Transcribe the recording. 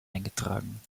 eingetragen